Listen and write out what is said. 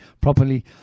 properly